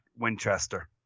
Winchester